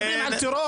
אתם מדברים על טרור?